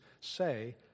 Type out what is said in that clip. say